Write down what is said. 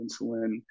insulin